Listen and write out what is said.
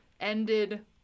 ended